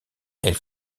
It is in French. elle